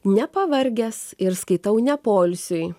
nepavargęs ir skaitau ne poilsiui